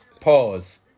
Pause